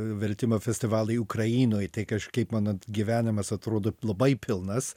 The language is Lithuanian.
vertimo festivali ukrainoj tai kažkaip mano gyvenimas atrodo labai pilnas